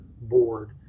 board